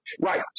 right